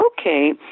okay